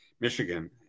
Michigan